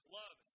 love